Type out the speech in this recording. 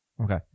okay